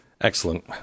Excellent